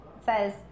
says